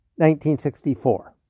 1964